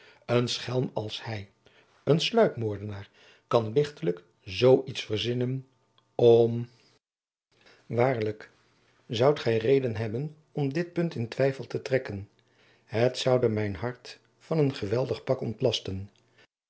een schelm als hij een sluikmoordenaar kan lichtelijk zoo iets verzinnen om waarlijk zoudt gij reden hebben om dit punt in twijfel te trekken het zoude mijn hart van een geweldig pak ontlasten